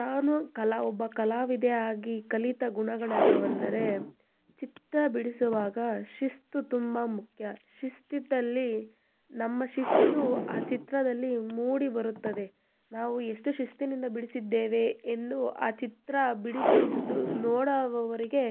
ನಾನು ಕಲಾ ಒಬ್ಬ ಕಲಾವಿದೆಯಾಗಿ ಕಲಿತ ಗುಣಗಳು ಯಾವುವು ಅಂದರೆ ಚಿತ್ರ ಬಿಡಿಸುವಾಗ ಶಿಸ್ತು ತುಂಬ ಮುಖ್ಯ ಶಿಸ್ತಿದ್ದಲ್ಲಿ ನಮ್ಮ ಶಿಸ್ತು ಆ ಚಿತ್ರದಲ್ಲಿ ಮೂಡಿಬರುತ್ತದೆ ನಾವು ಎಷ್ಟು ಶಿಸ್ತಿನಿಂದ ಬಿಡಿಸಿದ್ದೇವೆ ಎಂದು ಆ ಚಿತ್ರ ಬಿಡಿಸಿದ್ದು ನೋಡುವವರಿಗೆ